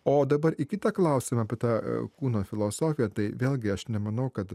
o dabar į kitą klausimą apie tą kūno filosofiją tai vėlgi aš nemanau kad